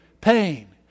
pain